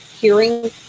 hearing